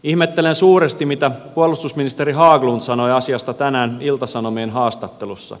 ihmettelen suuresti mitä puolustusministeri haglund sanoi asiasta tänään ilta sanomien haastattelussa